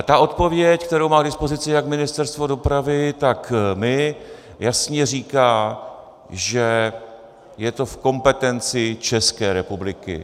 Ta odpověď, kterou má k dispozici jak Ministerstvo dopravy, tak my, jasně říká, že je to v kompetenci České republiky.